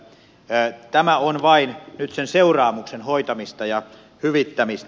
tämä on vain nyt sen seuraamuksen hoitamista ja hyvittämistä